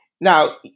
Now